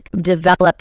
develop